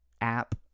app